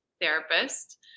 therapist